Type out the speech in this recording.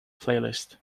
playlist